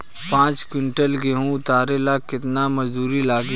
पांच किविंटल गेहूं उतारे ला केतना मजदूर लागी?